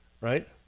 right